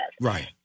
Right